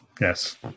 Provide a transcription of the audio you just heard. Yes